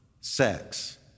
sex